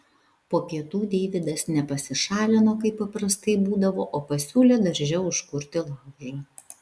po pietų deividas ne pasišalino kaip paprastai būdavo o pasiūlė darže užkurti laužą